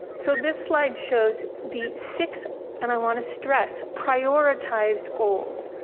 so this slide shows the six and i want to stress prioritized goals.